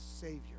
Savior